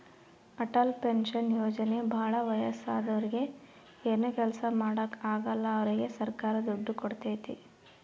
Atal pension ಯೋಜನೆ ಭಾಳ ವಯಸ್ಸಾದೂರಿಗೆ ಏನು ಕೆಲ್ಸ ಮಾಡಾಕ ಆಗಲ್ಲ ಅವ್ರಿಗೆ ಸರ್ಕಾರ ದುಡ್ಡು ಕೋಡ್ತೈತಿ